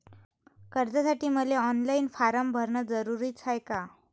कर्जासाठी मले online form भरन जरुरीच हाय का?